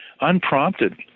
unprompted